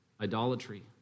idolatry